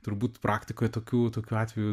turbūt praktikoje tokių tokių atvejų